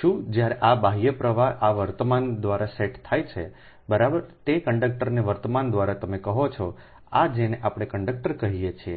શું જ્યારે આ બાહ્ય પ્રવાહ આ વર્તમાન દ્વારા સેટ થાય છે બરાબર તે કંડક્ટરને વર્તમાન દ્વારા તમે કહો છો આ જેને આપણે કંડક્ટર કહીએ છીએ